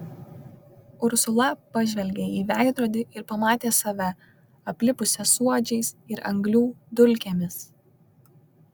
ursula pažvelgė į veidrodį ir pamatė save aplipusią suodžiais ir anglių dulkėmis